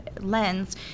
lens